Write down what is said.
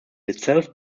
itself